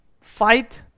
fight